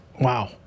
Wow